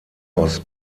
aus